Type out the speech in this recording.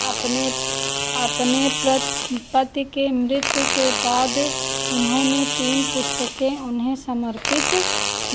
अपने अपने पति के मृत्यु के बाद उन्होंने तीन पुस्तकें उन्हें समर्पित की